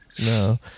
No